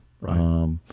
right